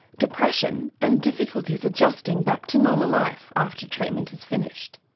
depression and difficulties adjusting back to normal life after treatment is finished.